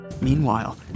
Meanwhile